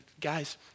guys